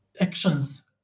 actions